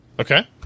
Okay